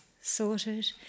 sorted